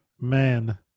Man